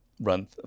run